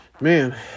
man